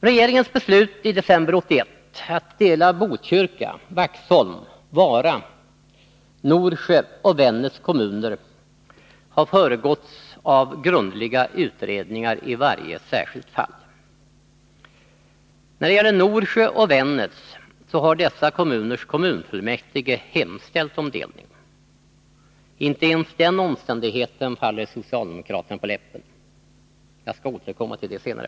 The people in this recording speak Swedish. Regeringens beslut i december 1981 att dela Botkyrka, Vaxholm, Vara, Norsjö och Vännäs kommuner har föregåtts av grundliga utredningar i varje särskilt fall. När det gäller Norsjö och Vännäs kan nämnas att dessa kommuners kommunfullmäktige hemställt om delning. Inte ens den omständigheten faller socialdemokraterna på läppen. Jag skall återkomma till detta senare.